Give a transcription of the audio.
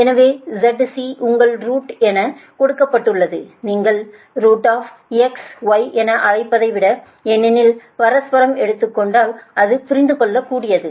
எனவே ZC உங்கள் root என கொடுக்கப்பட்டுள்ளது நீங்கள் zy என அழைப்பதை விட ஏனெனில் பரஸ்பரம் எடுக்கப்பட்டது அது புரிந்துகொள்ளக்கூடியது